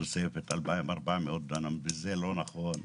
תוספת של 2,400 דונם, וזה לא נכון.